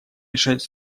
решать